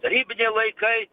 tarybiniai laikai